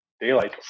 daylight